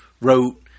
wrote